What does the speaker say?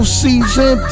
season